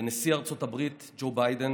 לנשיא ארצות הברית ג'ו ביידן